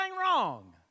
wrong